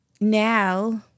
Now